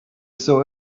saw